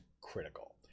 critical